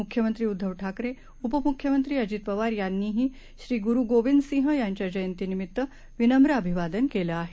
मुख्यमंत्री उद्धव ठाकरे उपमुख्यमंत्री अजित पवार यांनीही श्री गुरु गोविंदसिंह यांना जयंतीनिमित्त विनम्र अभिवादन केलं आहे